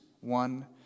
one